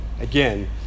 Again